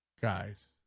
guys